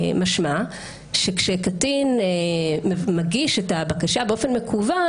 משמע שכשקטין מגיש את הבקשה באופן מקוון